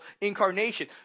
incarnation